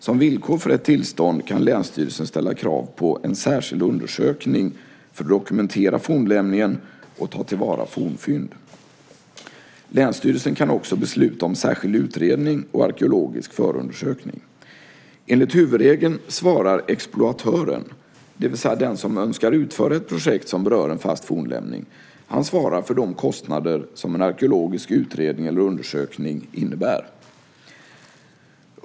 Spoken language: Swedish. Som villkor för ett tillstånd kan länsstyrelsen ställa krav på en särskild undersökning för att dokumentera fornlämningen och ta till vara fornfynd. Länsstyrelsen kan också besluta om särskild utredning och arkeologisk förundersökning. Enligt huvudregeln svarar exploatören, det vill säga den som önskar utföra ett projekt som berör en fast fornlämning, för de kostnader som en arkeologisk utredning eller undersökning innebär.